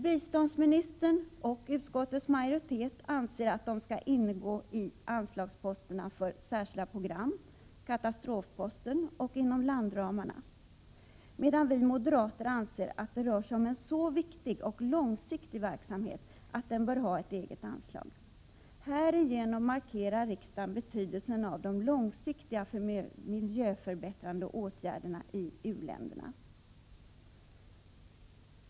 Biståndsministern och utskottets majoritet anser att de skall ingå i anslagsposterna för Särskilda program, katastrofposten och landramarna, medan vi moderater anser att det rör sig om en så viktig och långsiktig verksamhet att den bör ha ett eget anslag. Härigenom markerar riksdagen betydelsen av de långsiktiga miljöförbättrande åtgärderna i u-länderna.